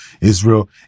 Israel